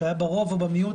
שהיה ברוב או במיעוט,